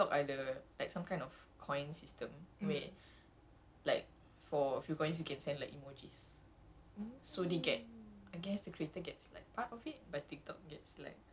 jadi boleh spam ke apa entah so apa ni like tiktok ada like some kind of coins system okay like for few coins you can sell like emojis